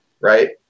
Right